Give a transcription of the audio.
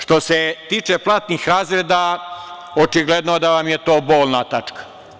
Što se tiče platnih razreda, očigledno da vam je to bolna tačka.